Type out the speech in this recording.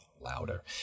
louder